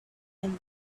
when